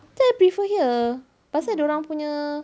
tapi I prefer here pasal dia orang punya